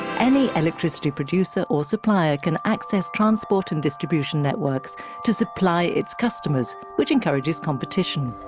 any electricity producer or supplier can access transport. and distribution networks to supply its customers, which encourages competition.